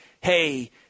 hey